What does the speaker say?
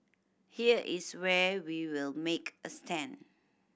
here is where we will make a stand